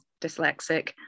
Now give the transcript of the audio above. dyslexic